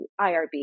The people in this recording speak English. IRB